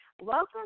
Welcome